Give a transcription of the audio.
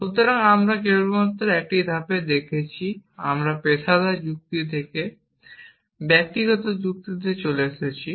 সুতরাং আমরা কেবলমাত্র একটি ধাপ দেখেছি আমরা পেশাদার যুক্তি থেকে ব্যক্তিগত যুক্তিতে চলে এসেছি